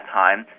time